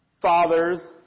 fathers